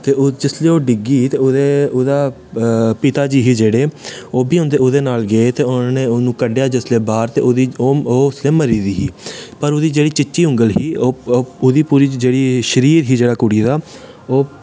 ते ओह् जिसले ओह् डिग्गी ते उदे पिता जी हे जेह्ड़े ओह् बी ओह्दे नाल गे ते उनां ने उनूं क'ड्डेआ जिसले बाह्र ते ओह्दी ओह् उसले मरी दी ही पर उदी जेह्ड़ी चीची उंगल ही ओह्दी पूरी जेह्ड़ी शरीर ही जेह्ड़ा कुड़ी दा ओह्